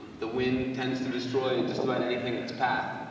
the wind tends to destroy just about anything in its path.